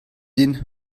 din